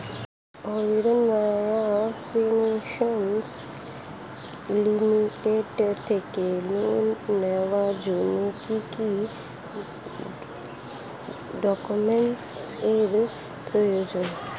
Uttaran microfinance limited থেকে loan নেওয়ার জন্য কি কি ডকুমেন্টস এর প্রয়োজন?